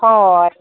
ᱦᱳᱭ